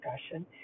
discussion